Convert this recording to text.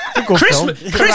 Christmas